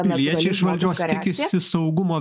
kviečia iš valdžios tikisi saugumo visose šalyse